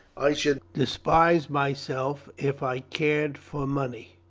i should despise myself if i cared for money.